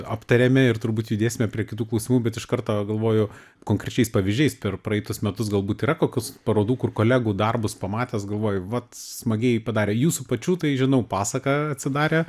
aptarėme ir turbūt judėsime prie kitų klausimų bet iš karto galvoju konkrečiais pavyzdžiais per praeitus metus galbūt yra kokios parodų kur kolegų darbus pamatęs galvoji vat smagiai padarė jūsų pačių tai žinau pasaka atsidarė